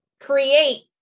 create